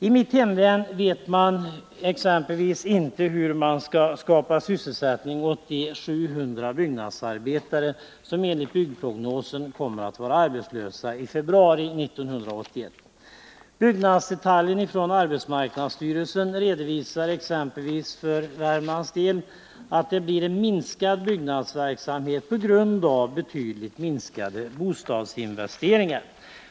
I mitt hemlän vet man exempelvis inte hur man skall skapa sysselsättning åt de 700 byggnadsarbetare som enligt byggprognosen kommer att vara arbetslösa i februari 1981. Byggnadsdetaljen på arbetsmarknadsstyrelsen redovisar exempelvis för Värmland att det blir en minskad byggnadsverksamhet på grund av betydligt Nr 170 minskade bostadsinvesteringar.